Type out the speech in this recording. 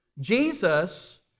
Jesus